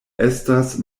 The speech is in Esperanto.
estas